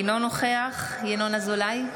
אינו נוכח ינון אזולאי,